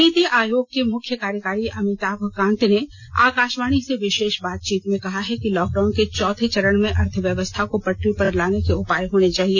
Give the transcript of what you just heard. नीति आयोग के मुख्य कार्यकारी अमिताभ कांत ने आकाशवाणी से विशेष बातचीत में कहा है कि लॉकडाउन के चौथे चरण में अर्थव्यवस्था को पटरी पर लाने के उपाए होने चाहिए